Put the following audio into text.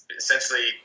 essentially